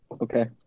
Okay